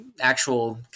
actual